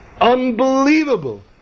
Unbelievable